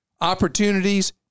opportunities